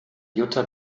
jutta